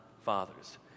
fathers